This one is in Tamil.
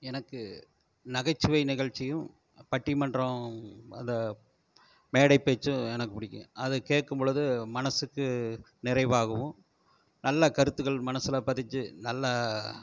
எனக்கு நகைச்சுவை நிகழ்ச்சியும் பட்டிமன்றம் அதான் மேடைப்பேச்சும் எனக்கு பிடிக்கும் அதை கேட்கும்பொழுது மனதுக்கு நிறைவாகவும் நல்ல கருத்துகள் மனசில் பதிஞ்சு நல்ல